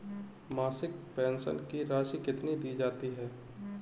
मासिक पेंशन की राशि कितनी दी जाती है?